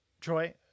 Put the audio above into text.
troy